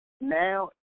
now